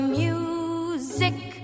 music